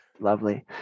Lovely